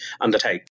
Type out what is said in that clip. undertake